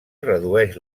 redueix